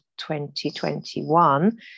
2021